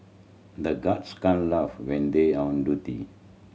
the guards can't laugh when they are on duty